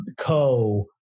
co